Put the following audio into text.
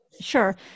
Sure